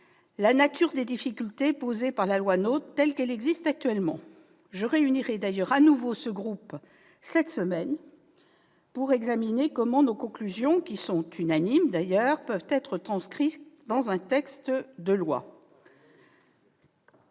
la nature des difficultés posées par la loi NOTRe, telle qu'elle existe actuellement. Je réunirai de nouveau ce groupe cette semaine pour examiner comment nos conclusions, qui sont unanimes, peuvent être transcrites dans un texte de loi.